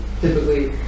typically